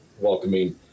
welcoming